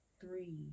three